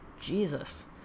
Jesus